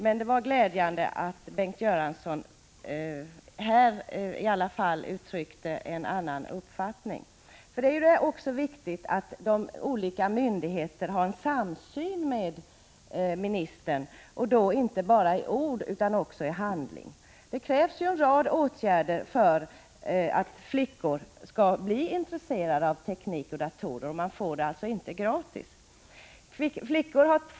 Det är dock glädjande att Bengt Göransson i alla fall här har uttryckt en annan uppfattning. Det är viktigt att olika myndigheter och ministern har en samsyn — det gäller att inte bara i ord utan också i handling visa på en sådan samsyn. Det krävs en rad åtgärder när det gäller arbetet med att få flickor intresserade av teknik och datorer. Man får alltså ingenting gratis därvidlag.